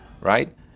right